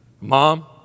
Mom